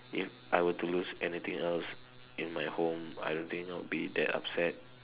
if I were to lose anything else in my home I don't think I'll be that upset